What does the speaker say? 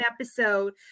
episode